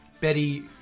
Betty